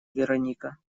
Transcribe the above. вероника